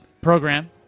program